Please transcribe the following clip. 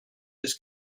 his